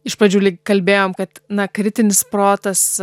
iš pradžių lyg kalbėjom kad na kritinis protas